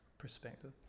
perspective